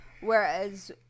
whereas